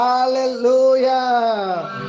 Hallelujah